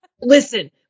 Listen